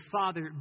Father